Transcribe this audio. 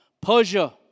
Persia